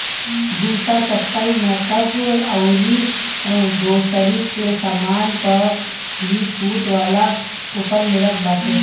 जूता, चप्पल, मेकअप अउरी ग्रोसरी के सामान पअ भी छुट वाला कूपन मिलत बाटे